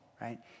right